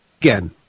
Again